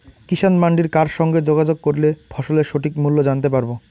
কিষান মান্ডির কার সঙ্গে যোগাযোগ করলে ফসলের সঠিক মূল্য জানতে পারবো?